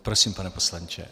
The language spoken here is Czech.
Prosím, pane poslanče.